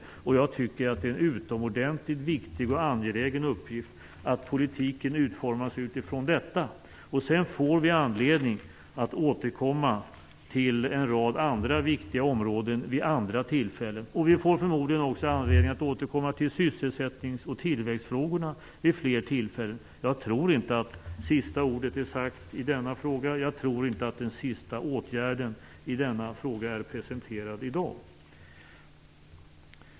Jag tycker att det är en utomordentligt viktig och angelägen uppgift att politiken utformas utifrån detta. Sedan får vi anledning att återkomma till en rad andra viktiga områden vid andra tillfällen. Vi får förmodligen också anledning att återkomma till sysselsättnings och tillväxtfrågorna vid fler tillfällen. Jag tror inte att sista ordet är sagt i denna fråga. Jag tror inte att den sista åtgärden i denna fråga är presenterad i dag.